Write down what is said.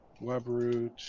WebRoot